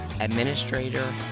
administrator